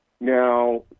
Now